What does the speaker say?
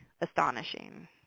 astonishing